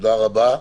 תודה רבה.